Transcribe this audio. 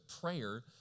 prayer